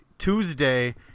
Tuesday